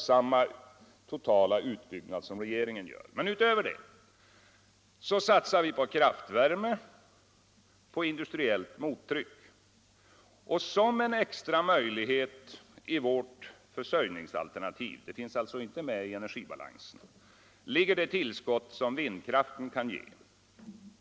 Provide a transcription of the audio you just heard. — Som en extra möjlighet i vårt försörjningsalternativ — det finns inte med i energibalansen — ligger det tillskott som vindkraften kan ge.